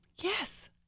Yes